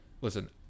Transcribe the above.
Listen